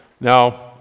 Now